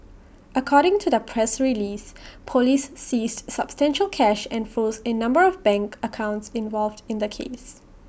according to the press release Police seized substantial cash and froze A number of bank accounts involved in the case